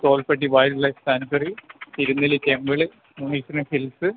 Tholpetty wildlife sanctuary Thirunelli temple Manikkunnu hills